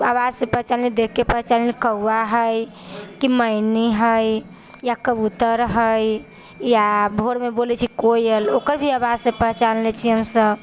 आवाज से ही पहचान लेली देख के भी पहचान लेली कौआ हइ की मैने हइ या कबूतर हइ या भोर मे बोलै छै कोयल ओकर भी आवाज से पहचान लै छी हमसब